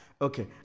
Okay